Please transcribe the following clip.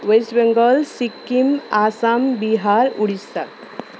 West Bengal Sikkim Assam Bihar Odisha